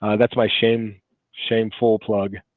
that's my shame shame full plug